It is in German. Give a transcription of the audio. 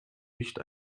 nicht